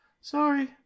Sorry